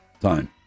Time